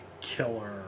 Killer